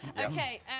Okay